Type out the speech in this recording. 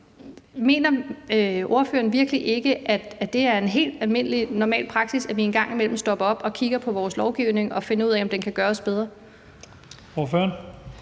Mener ordføreren virkelig ikke, at det er en helt almindelig, normal praksis, at vi en gang imellem stopper op og kigger på vores lovgivning og finder ud af, om den kan gøres bedre?